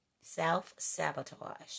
Self-sabotage